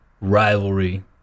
rivalry